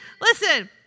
Listen